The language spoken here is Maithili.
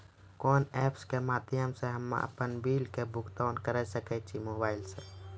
कोना ऐप्स के माध्यम से हम्मे अपन बिल के भुगतान करऽ सके छी मोबाइल से?